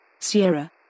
Sierra